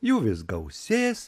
jų vis gausės